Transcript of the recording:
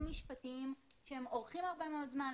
משפטיים שהם אורכים הרבה מאוד זמן,